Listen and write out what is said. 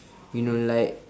you know like